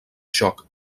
xoc